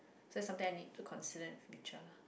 so it's something I need to consider in future lah